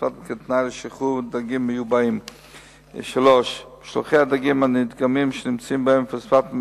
רצוני לשאול: 1. האם